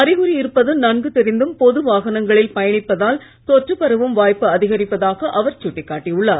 அறிகுறி இருப்பது நன்கு தெரிந்தும் பொதுவாகனங்களில் பயனிப்பதால் தொற்று பரவும் வாய்ப்பு அதிகரிப்பதாக அவர் சுட்டிக்காட்டி உள்ளார்